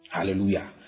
Hallelujah